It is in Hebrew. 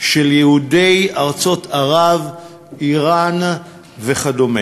של יהודי ארצות ערב, איראן וכו'.